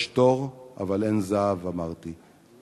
יש תור, אבל אין זהב, אמרתי.